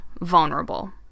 vulnerable